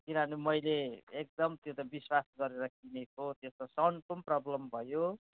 किनभने मैले एकदम त्यो त विश्वास गरेर किनेको त्यसको साउन्डको पनि प्रब्लम भयो